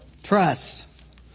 Trust